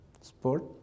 sport